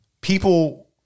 People